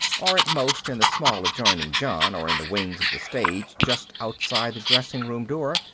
or at most in the small adjoining john or in the wings of the stage just outside the dressing room door,